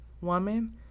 Woman